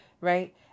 right